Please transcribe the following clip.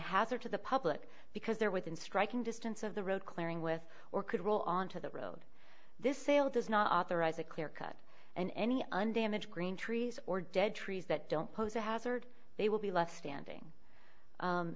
hazard to the public because they're within striking distance of the road clearing with or could roll on to the road this sale does not authorize a clear cut and any undamaged green trees or dead trees that don't pose a hazard they will be left standing